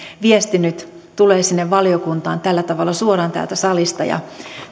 viesti nyt tulee sinne valiokuntaan tällä tavalla suoraan täältä salista ja